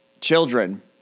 children